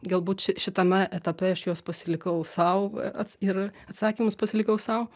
galbūt ši šitame etape aš juos pasilikau sau a ats ir atsakymus pasilikau sau